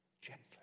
gently